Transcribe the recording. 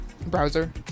browser